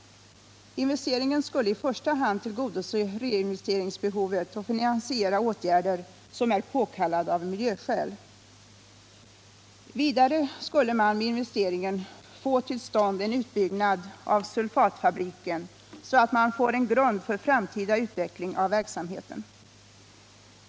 Investeringen skulle i första hand tillgodose reinvesteringsbehovet och finansiera åtgärder som är påkallade av miljöskäl. Vidare skulle man med investeringen få till stånd en utbyggnad av sulfatfabriken, så att man får en grund för framtida utveckling av verksamheten.